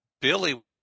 Billy